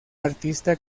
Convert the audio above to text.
artista